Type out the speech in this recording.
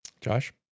Josh